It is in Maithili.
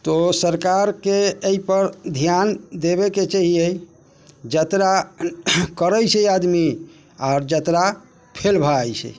तो सरकारके अइपर ध्यान देबेके चाहिए जतरा करै छै आदमी आओर जतरा फेल भऽ जाइ छै